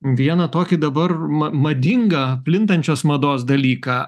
vieną tokį dabar ma madingą plintančios mados dalyką